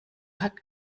hat